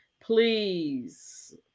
Please